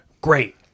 Great